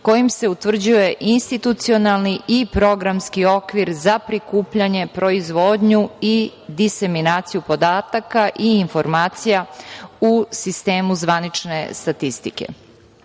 kojim se utvrđuje institucionalni i programski okvir za prikupljanje, proizvodnju i diseminaciju podataka i informacija u sistemu zvanične statistike. Sistem